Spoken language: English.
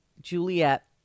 Juliet